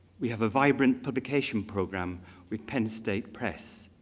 we have a vibrant publication program with penn state press.